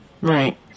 right